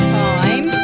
time